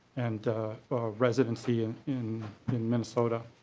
and residency and in in minnesota.